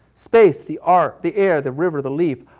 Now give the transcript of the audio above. space, the art, the air, the river, the leaves.